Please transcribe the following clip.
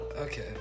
Okay